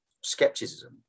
skepticism